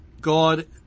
God